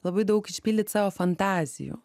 labai daug išpildyt savo fantazijų